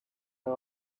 are